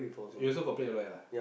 you also got play L_O_L ah